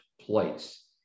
place